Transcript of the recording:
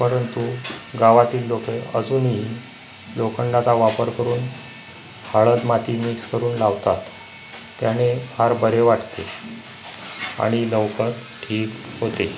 परंतु गावातील लोक अजूनही लोखंडाचा वापर करून हळद माती मिक्स करून लावतात त्याने फार बरे वाटते आणि लवकर ठीक होते